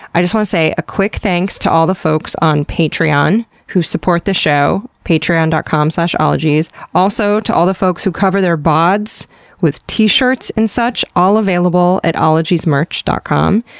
i just want to say a quick thanks to all the folks on patreon, who support this show, patreon dot com slash ologies. also, to all the folks who cover their bods with t-shirts and such, all available at ologiesmerch dot com.